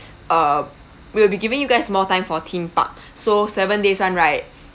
uh we will be giving you guys more time for theme park so seven days [one] right